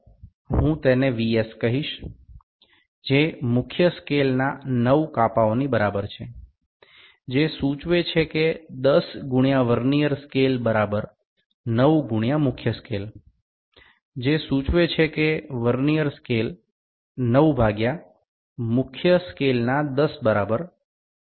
S કહીશ જે મુખ્ય સ્કેલ ના 9 કાપાઓની બરાબર છે જે સૂચવે છે કે 10 ગુણ્યા વર્નીઅર સ્કેલ બરાબર 9 ગુણ્યા મુખ્ય સ્કેલ જે સૂચવે છે કે વર્નીઅર સ્કેલ 9 ભાગ્યા મુખ્ય સ્કેલના 10 બરાબર 0